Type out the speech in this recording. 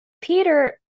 Peter